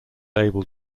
able